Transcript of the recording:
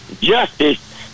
justice